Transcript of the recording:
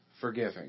forgiving